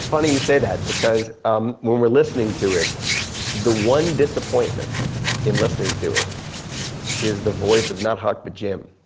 funny you say that because, um when we're listening to it the one disappointment in listening to it is the voice of not huck but jim.